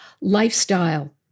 lifestyle